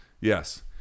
Yes